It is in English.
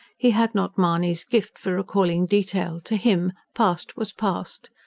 he had not mahony's gift for recalling detail to him past was past.